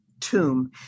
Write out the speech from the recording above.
Tomb